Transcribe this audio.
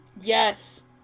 Yes